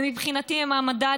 ומבחינתי הן המדד,